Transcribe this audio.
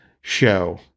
show